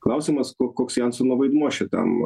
klausimas ko koks jansono vaidmuo šitam